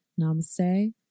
Namaste